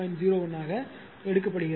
01 ஆக எடுக்கப்படுகிறது